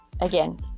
again